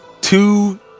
two